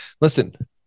listen